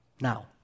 now